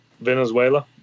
Venezuela